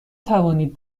توانید